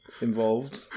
involved